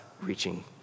reaching